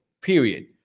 period